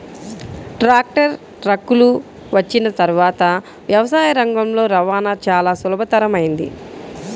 tractor, ట్రక్కులు వచ్చిన తర్వాత వ్యవసాయ రంగంలో రవాణా చాల సులభతరమైంది